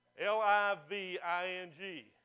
L-I-V-I-N-G